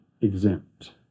exempt